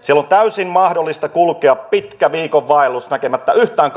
siellä on täysin mahdollista kulkea pitkä viikon vaellus näkemättä yhtään